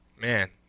man